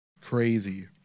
crazy